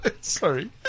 Sorry